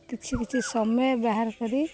କିଛି କିଛି ସମୟ ବାହାର କରି